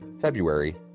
February